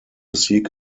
seek